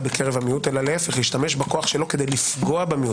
בקרב המיעוט אלא להפך השתמש בכוח שלו כדי לפגוע במיעוט,